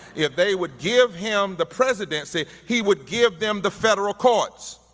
if they would give him the presidency, he would give them the federal courts.